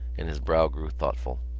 and his brow grew thoughtful.